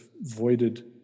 voided